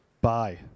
Bye